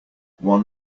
one